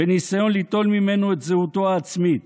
בניסיון ליטול ממנו את זהותו העצמית,